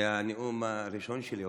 זה הנאום הראשון שלי,